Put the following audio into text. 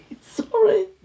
Sorry